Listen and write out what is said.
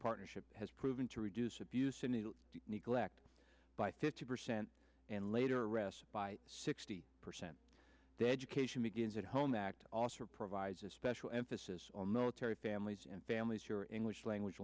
partnership has proven to reduce abuse in the neglect by fifty percent and later arrests by sixty percent the education begins at home act also provides a special emphasis on military families and families here english language